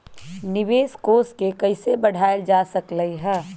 निवेश कोष के कइसे बढ़ाएल जा सकलई ह?